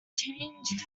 changed